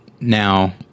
Now